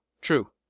true